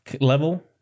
level